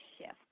shift